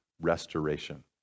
restoration